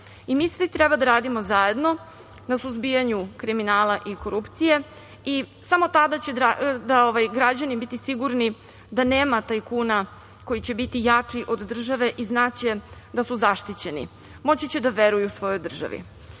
i mi svi treba da radimo zajedno na suzbijanju kriminala i korupcije i samo tada će građani biti sigurni da nema tajkuna koji će biti jači od države i znaće da su zaštićeni. Moći će da veruju svojoj državi. Želim